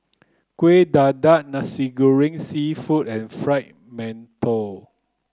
Kueh Dadar Nasi Goreng Seafood and Fried Mantou